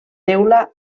teula